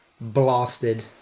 blasted